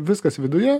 viskas viduje